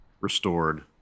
restored